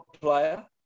player